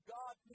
God